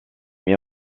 mis